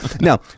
Now